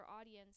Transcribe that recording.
audience